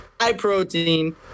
high-protein